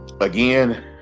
again